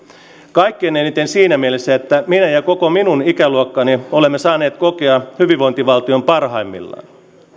kaikkein eniten siinä mielessä että minä ja koko minun ikäluokkani olemme saaneet kokea hyvinvointivaltion parhaimmillaan